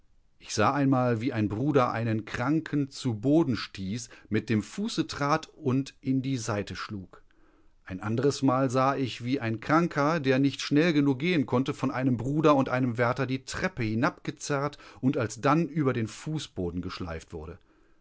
ich sah einmal wie ein bruder einen kranken zu boden stieß mit dem fuße trat und in die seite schlug ein anderes mal sah ich wie ein kranker der nicht schnell genug gehen konnte von einem bruder und einem wärter die treppe hinabgezerrt und alsdann über den fußboden geschleift wurde